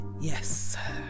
Yes